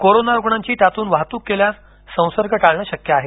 corona रुग्णांची त्यातून वाहतूक केल्यास संसर्ग टाळणे शक्य आहे